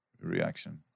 reaction